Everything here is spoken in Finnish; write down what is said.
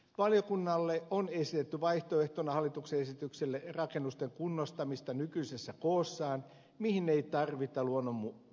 valiokunnalle on esitetty vaihtoehtona hallituksen esitykselle rakennusten kunnostamista nykyisessä koossaan mihin ei tarvita lain muutosta